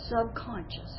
subconscious